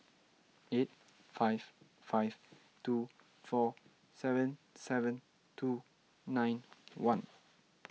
eight five five two four seven seven two nine one